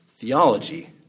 theology